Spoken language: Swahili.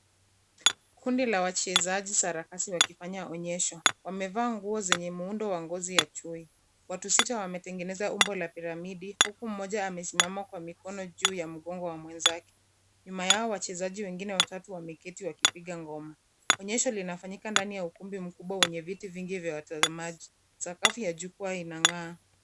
Kundi la wachezaji sarakasi wakifanya onyesho. Wamevaa nguo zenye muundo wa ngozi ya chui. Watu sita wametengeneza umbo la piramidi huku mmoja amesimama kwa mikono juu ya mgongo wa mwenzake. Nyuma yao wachezaji wengine watatu wameketi wakipiga ngoma. Onyesho linafanyika ndani ya ukumbi mkubwa wenye viti vingi vya watazamaji. Sakafu ya jukwaa inang'aa.